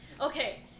Okay